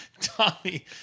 Tommy